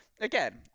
again